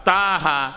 Taha